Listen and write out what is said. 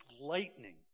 lightning